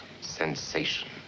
sensation